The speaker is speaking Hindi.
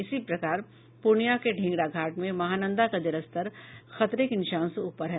इसी प्रकार पूर्णियां के ढेंगरा घाट में महानंदा का जलस्तर खतरे के निशान से ऊपर है